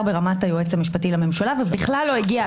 ברמת היועץ המשפטי לממשלה ובכלל לא הגיע.